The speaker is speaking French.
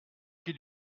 qui